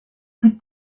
plus